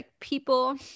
people